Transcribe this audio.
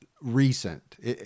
recent